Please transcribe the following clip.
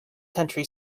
country